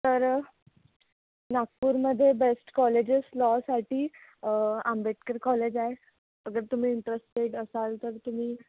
तर नागपूरमध्ये best colleges लॉसाठी आंबेडकर कॉलेज आहे अगर तुम्ही इंटरेस्टेड असाल तर तुम्ही